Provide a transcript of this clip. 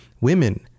women